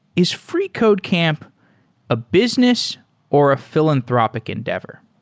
is freecodecamp a business or a philanthropic endeavor?